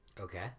Okay